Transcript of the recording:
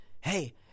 hey